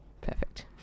Perfect